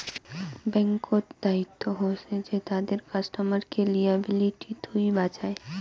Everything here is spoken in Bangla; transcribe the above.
ব্যাঙ্ক্ত দায়িত্ব হসে যে তাদের কাস্টমারকে লিয়াবিলিটি থুই বাঁচায়